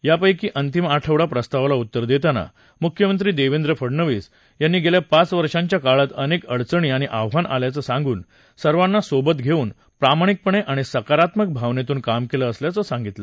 यावेळी अंतिम आठवडा प्रस्तावाला उत्तर देतांना मुख्यमंत्री देवेंद्र फडनवीस यांनी गेल्या पाच वर्षांच्या काळात अनेक अडचणी आणि आव्हानं आल्याचं सांगून सर्वांना सोबत घेवून प्रामाणिकपणे आणि सकारात्मक भावनेतून काम केलं असल्याचं सांगितलं